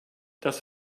das